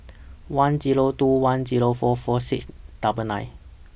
one Zero two one Zero four four six double nine